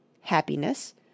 Happiness